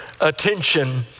attention